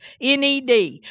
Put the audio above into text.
NED